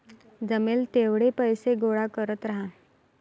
जमेल तेवढे पैसे गोळा करत राहा